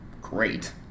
great